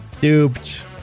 duped